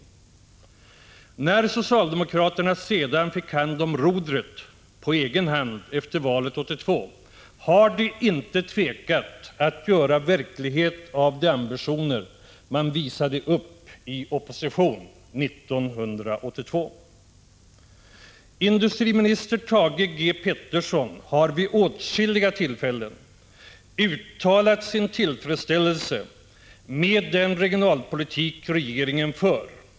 När socialdemokraterna sedan fick hand om rodret på egen hand efter valet 1982 har de inte tvekat att göra verklighet av de ambitioner de visade upp i opposition 1982 Industriminister Thage Peterson har vid åtskilliga tillfällen uttalat sin tillfredsställelse med den regionpolitik regeringen för.